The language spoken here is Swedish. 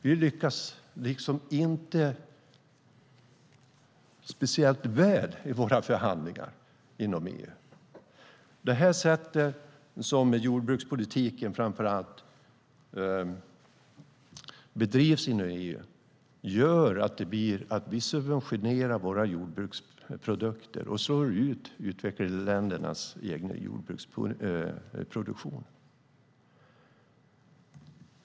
Vi lyckas inte speciellt väl i våra förhandlingar i EU. Det sätt som jordbrukspolitiken inom EU bedrivs på gör att vi subventionerar våra jordbruksprodukter och slår ut utvecklingsländernas egen jordbruksproduktion.